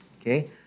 okay